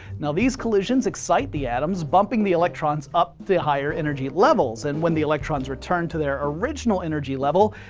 now these collisions excite the atoms, bumping the electrons up to the higher energy levels. and when the electrons return to their original energy level,